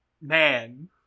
Man